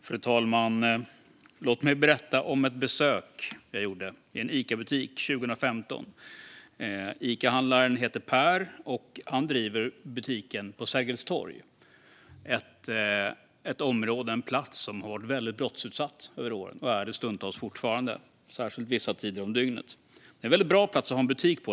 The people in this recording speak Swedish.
Fru talman! Låt mig berätta om ett besök jag gjorde i en Icabutik 2015. Icahandlaren heter Per och driver butiken på Sergels torg. Detta är en plats som har varit väldigt brottsutsatt genom åren och som stundtals fortfarande är det, särskilt vissa tider på dygnet. Det är en väldigt bra plats att ha en butik på.